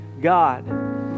God